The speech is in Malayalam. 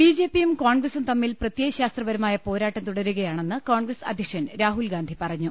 ബിജെപിയും കോൺഗ്രസും തമ്മിൽ പ്രത്യയശാസ്ത്രപരമായ പോരാട്ടം തുടരുകയാണെന്ന് കോൺഗ്രസ് അധ്യ ക്ഷൻ രാഹുൽഗാന്ധി പറഞ്ഞു